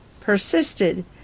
persisted